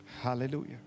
Hallelujah